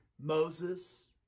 Moses